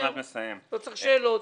לא צריך שאלות.